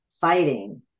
fighting